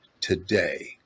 today